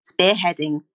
spearheading